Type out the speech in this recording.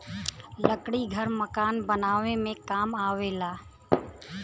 लकड़ी घर मकान बनावे में काम आवेला